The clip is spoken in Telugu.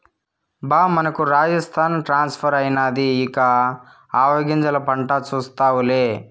బా మనకు రాజస్థాన్ ట్రాన్స్ఫర్ అయినాది ఇక ఆవాగింజల పంట చూస్తావులే